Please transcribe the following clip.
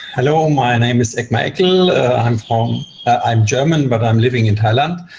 hello, my name is eckmar eckle i'm um i'm german, but i'm living in thailand.